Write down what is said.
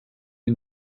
die